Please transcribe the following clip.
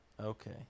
Okay